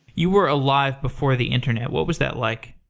you were alive before the internet. what was that like?